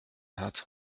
hat